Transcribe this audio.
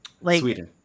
Sweden